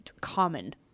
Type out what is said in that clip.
common